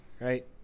Right